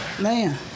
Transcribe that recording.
Man